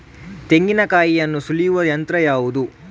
ತೆಂಗಿನಕಾಯಿಯನ್ನು ಸುಲಿಯುವ ಯಂತ್ರ ಯಾವುದು?